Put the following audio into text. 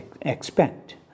expect